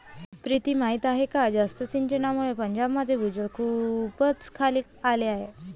प्रीती माहीत आहे का जास्त सिंचनामुळे पंजाबचे भूजल खूपच खाली आले आहे